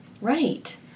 right